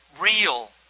real